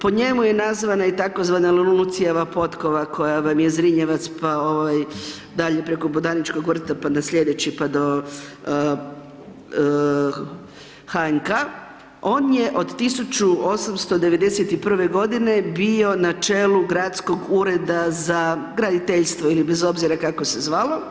Po njemu je nazvana i tzv. Lenucieva potkova koja vam je Zrinjevac pa dalje preko Botaničkog vrta pa na sljedeći pa do HNK, on je od 1891. godine bio na čelu gradskog ureda za graditeljstvo ili bez obzira kako se zvalo.